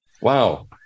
Wow